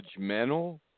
judgmental